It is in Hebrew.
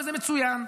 וזה מצוין.